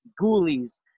Ghoulies